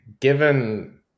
given